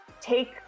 Take